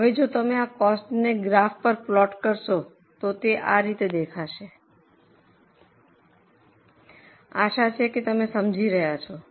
હવે જો તમે આ કોસ્ટને ગ્રાફ પર પ્લોટ કરશો તો તે આ રીતે દેખાશે શું તમે સમજી ગયા છો